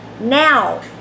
now